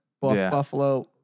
buffalo